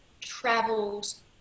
travels